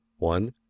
one.